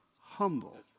humble